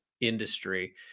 industry